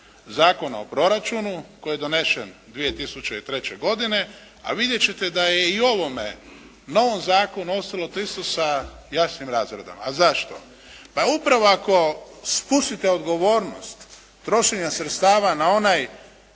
Zakona o proračunu koji je donesen 2003. godine, a vidjeti ćete da je i u ovome novom zakonu … /Ne razumije se./ … sa jasnim razradama. A zašto? Pa upravo ako spustite odgovornost trošenja sredstava na onaj